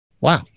Wow